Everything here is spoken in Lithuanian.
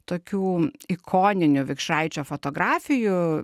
tokių ikoninių vikšraičio fotografijų